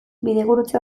bidegurutze